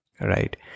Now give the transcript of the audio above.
right